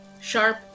sharp